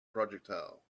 projectile